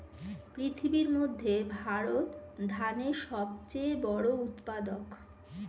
পৃথিবীর মধ্যে ভারত ধানের সবচেয়ে বড় উৎপাদক